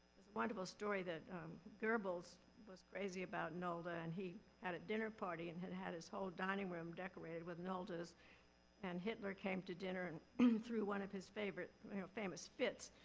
wonderful story that goebbels was crazy about nolde ah and he had a dinner party and had had his whole dining room decorated with noldes and hitler came to dinner and and threw one of his famous famous fits.